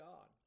God